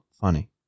funny